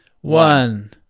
one